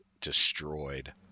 destroyed